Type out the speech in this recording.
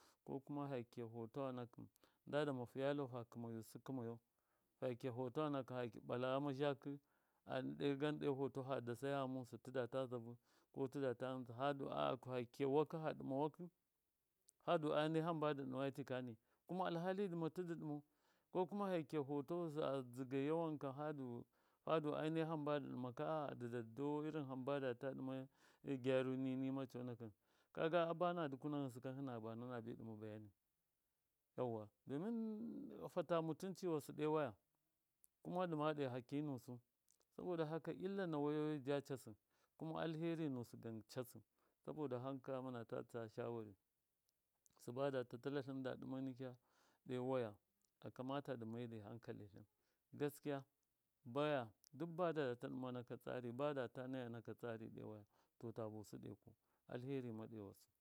Kokuma ha kiya fotawa nda dama fiyalu fa kɨmayusɨ kɨmayau ha ɓala ghama zhakɨ a gan ɗe foto fa dasaya ghamusɨ tɨdata zabɨ ko tidata ghɨntsau hadu a. a kiya wakɨ fa ɗɨma wakɨ hadu ai nai hambadɨ ɗimati kani kuma alhali dɨma tidɨ ɗɨmau ko kuma ha kiya fotawusa ha dzigaiya wankɨn hadu ai nai hamba dɨ ɗɨma ka a. a a dɨda dɨdau irin hamba data ɗima a gyaruni nima conakɨn kaga a bana dukuna ghɨnsɨ ka na bana nabi ɗɨma bayani yauwa domin fata mutunci wasɨ ɗo waya kuma dɨma d ɗo haki nusu saboda haka illa na wayoayi ja cassɨ kuma alheri wasɨ gan cassɨ saboda haka mɨnata tsa shawari sɨba da tatɨlatlɨn da ɗima nikya ɗo waya a kamata dɨ maidai hankalithɨn gaskiya baya duk ba data naya naka tsari ɗo waya to ta busɨ ɗo ku alheri ma ɗo wasɨ.